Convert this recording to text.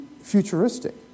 futuristic